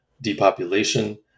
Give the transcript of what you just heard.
Depopulation